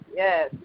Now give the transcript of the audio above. yes